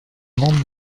monte